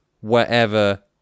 wherever